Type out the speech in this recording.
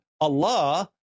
Allah